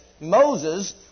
Moses